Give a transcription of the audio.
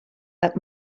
that